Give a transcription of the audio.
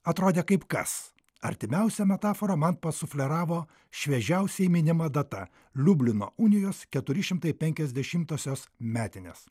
atrodė kaip kas artimiausia metafora man pasufleravo šviežiausiai minima data liublino unijos keturi šimtai penkiasdešimtosios metinės